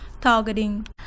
targeting